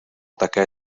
také